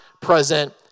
present